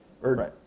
Right